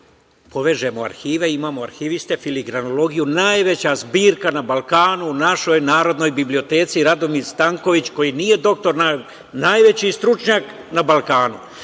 Povežemo arhive, imamo arhiviste, filigranologiju. Najveća zbirka na Balkanu je u našoj Narodnoj biblioteci „Radomir Stanković“, koji nije doktor nauka. Najveći stručnjak na Balkanu. Dakle,